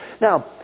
Now